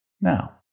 Now